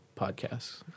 podcasts